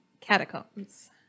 catacombs